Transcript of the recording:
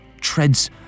treads